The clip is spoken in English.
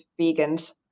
vegans